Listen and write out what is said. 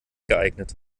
geeignet